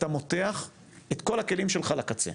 אתה מותח את כל הכלים שלך לקצה,